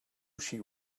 she